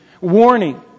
Warning